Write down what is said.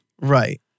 Right